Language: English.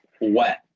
wet